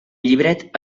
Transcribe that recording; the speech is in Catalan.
llibret